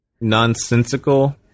nonsensical